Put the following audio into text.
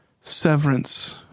severance